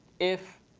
if